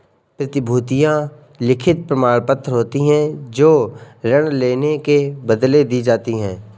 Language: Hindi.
प्रतिभूतियां लिखित प्रमाणपत्र होती हैं जो ऋण लेने के बदले दी जाती है